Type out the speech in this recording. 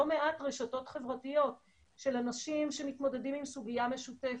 מעט רשתות חברתיות של אנשים שמתמודדים עם סוגיה משותפת,